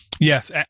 yes